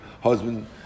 husband